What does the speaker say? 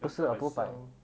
then later I sell